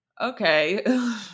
okay